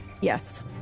Yes